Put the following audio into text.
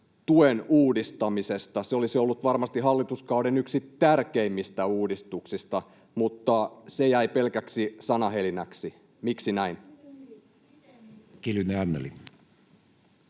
tuen uudistamisesta. Se olisi ollut varmasti yksi hallituskauden tärkeimmistä uudistuksista, mutta se jäi pelkäksi sanahelinäksi — miksi näin? [Vasemmalta: